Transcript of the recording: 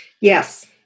Yes